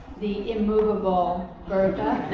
the immovable bertha.